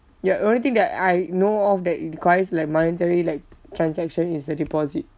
ya only thing that I know of that requires like monetary like transaction is the deposit